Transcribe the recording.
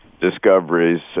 discoveries